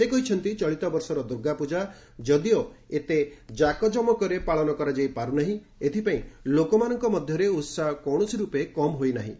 ସେ କହିଛନ୍ତି ଚଳିତ ବର୍ଷର ଦୁର୍ଗାପୂଜା ଯଦିଓ ଏତେ ଜାକଜମକରେ ପାଳନ କରାଯାଇ ପାରୁ ନାହିଁ ଏଥିପାଇଁ ଲୋକମାନଙ୍କ ମଧ୍ୟରେ ଉତ୍ସାହ କୌଣସି ରୂପେ କମ୍ ହୋଇ ନାହିଁ